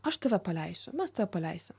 aš tave paleisiu mes tave paleisim